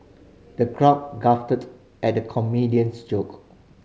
the crowd guffawed at the comedian's joke